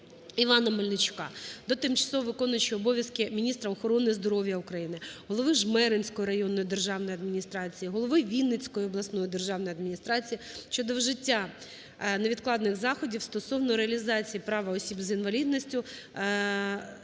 Івана Мельничука до тимчасово виконуючої обов'язки міністра охорони здоров'я України, голови Жмеринської районної державної адміністрації, голови Вінницької обласної державної адміністрації щодо вжиття невідкладних заходів стосовно реалізації права осіб з інвалідністю